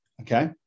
okay